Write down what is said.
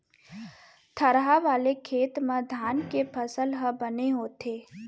थरहा वाले खेत म धान के फसल ह बने होथे